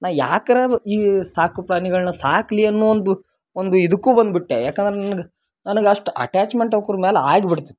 ನಾನು ಯಾಕಾರ ಈ ಸಾಕು ಪ್ರಾಣಿಗಳನ್ನ ಸಾಕಲಿ ಅನ್ನೋ ಒಂದು ಒಂದು ಇದಕ್ಕೂ ಬಂದ್ಬಿಟ್ಟೆ ಯಾಕಂದ್ರೆ ನನಗೆ ನನಗೆ ಅಷ್ಟು ಅಟ್ಯಾಚ್ಮೆಂಟ್ ಅವ್ಕುರ್ ಮೇಲೆ ಆಗಿ ಬಿಡ್ತಿತ್ತು